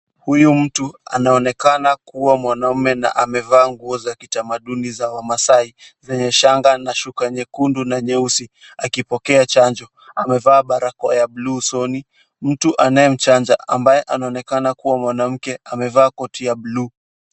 Huyu mtu anaonekana kuwa mwanaume na amevaa nguo za kitamaduni za wa Maasai, zenye shanga na shuka nyekundu na nyeusi akipokea chanjo. Amevaa barakoa ya buluu usoni. Mtu anayemchanja ambaye anaonekana kuwa mwanamke amevaa koti ya buluu.